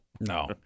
no